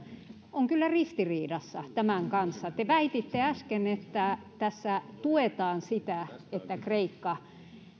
on kyllä ristiriidassa tämän kanssa te väititte äsken että tässä tuetaan sitä että kreikka